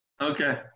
Okay